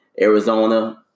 Arizona